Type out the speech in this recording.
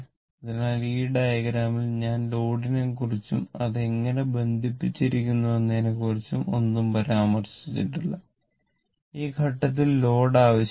അതിനാൽ ഈ ഡയഗ്രാമിൽ ഞാൻ ലോഡിനെക്കുറിച്ചും അത് എങ്ങനെ ബന്ധിപ്പിച്ചിരിക്കുന്നു എന്നതിനെക്കുറിച്ചും ഒന്നും പരാമർശിച്ചില്ല ഈ ഘട്ടത്തിൽ ലോഡ് ആവശ്യമില്ല